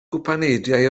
gwpaneidiau